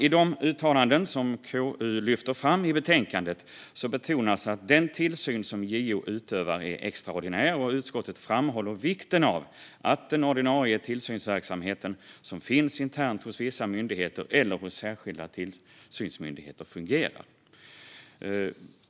I de uttalanden som KU lyfter fram i betänkandet betonas att den tillsyn som JO utövar är extraordinär. Utskottet framhåller vikten av att den ordinarie tillsynsverksamhet som finns internt hos vissa myndigheter eller hos särskilda tillsynsmyndigheter fungerar.